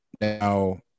now